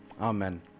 amen